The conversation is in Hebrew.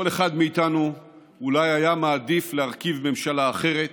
כל אחד מאיתנו אולי היה מעדיף להרכיב ממשלה אחרת.